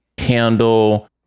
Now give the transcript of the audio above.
handle